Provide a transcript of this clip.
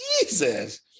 Jesus